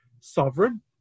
Sovereign